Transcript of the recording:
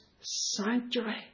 sanctuary